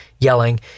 yelling